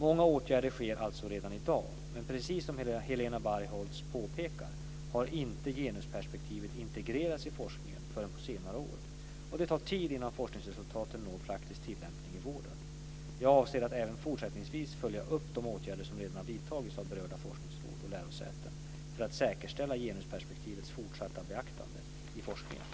Många åtgärder sker alltså redan i dag, men precis som Helena Bargholtz påpekar har inte genusperspektivet integrerats i forskningen förrän på senare år och det tar tid innan forskningsresultaten når praktisk tillämpning i vården. Jag avser att även fortsättningsvis följa upp de åtgärder som redan har vidtagits av berörda forskningsråd och lärosäten för att säkerställa genusperspektivets fortsatta beaktande i forskningen.